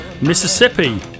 Mississippi